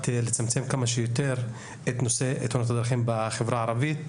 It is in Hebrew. לצמצם כמה שיותר את נושא תאונות הדרכים בחברה הערבית.